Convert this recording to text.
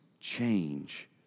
change